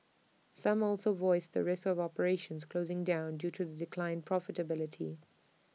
some also voiced the risk of operations closing down due to declined profitability